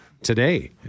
Today